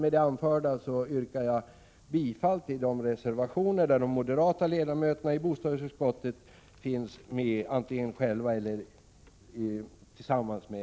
Med det anförda yrkar jag bifall till de reservationer där de moderata ledamöterna i bostadsutskottet finns med.